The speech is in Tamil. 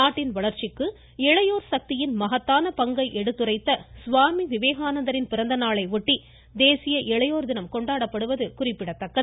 நாட்டின் வளர்ச்சிக்கு இளையோர் சக்தியின் மகத்தான பங்கை எடுத்துரைத்த சுவாமி விவேகானந்தரின் பிறந்த நாளையொட்டி தேசிய இளையோர் தினம் கொண்டாடப்படுவது குறிப்பிடத்தக்கது